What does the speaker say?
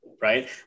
right